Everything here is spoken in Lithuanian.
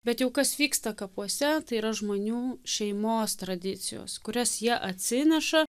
bet jau kas vyksta kapuose tai yra žmonių šeimos tradicijos kurias jie atsineša